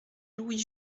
louis